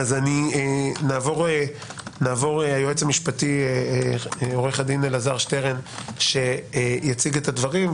נעבור ליועץ המשפטי עורך הדין אלעזר שטרן שיציג את הדברים,